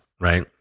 Right